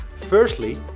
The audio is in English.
Firstly